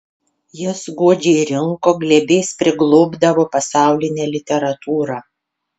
jis godžiai rinko glėbiais priglobdavo pasaulinę literatūrą